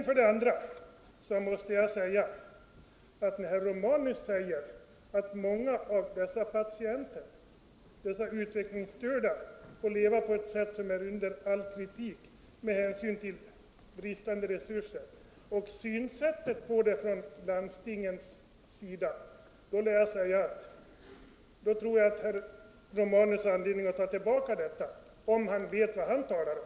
För det andra: När herr Romanus säger att många av dessa utvecklingsstörda patienter får leva på ett sätt som är under all kritik på grund av landstingens bristande resurser och synsättet på detta problem vill jag svara att jag tror herr Romanus har anledning att ta tillbaka detta påstående, om han vet vad han talar om.